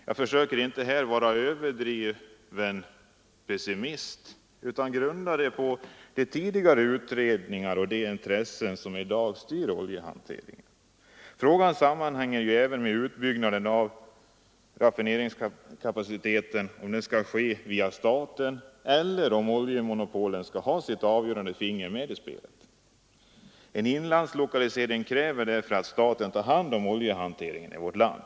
Jag försöker inte här vara överdrivet pessimistisk utan grundar min uppfattning på de tidigare utredningarna och de intressen som i dag styr oljehanteringen. Frågan sammanhänger även med om utbyggnaden av raffineringskapaciteten skall ske via staten eller om oljemonopolen skall ha ett avgörande finger med i spelet. En inlandslokalisering kräver att staten tar hand om oljehanteringen i vårt land.